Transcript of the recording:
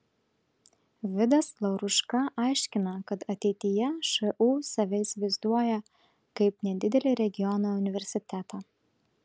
vidas lauruška aiškina kad ateityje šu save įsivaizduoja kaip nedidelį regiono universitetą